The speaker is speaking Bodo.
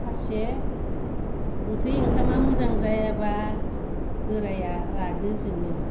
फारसे ओंख्रि ओखामा मोजां जायाबा बोराया रागो जोङो